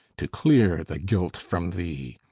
to clear the guilt from thee?